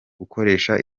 gukoresha